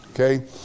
Okay